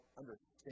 understand